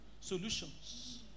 solutions